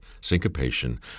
syncopation